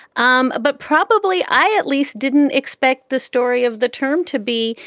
um but probably i at least didn't expect the story of the term to be.